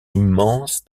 immense